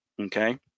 okay